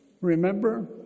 remember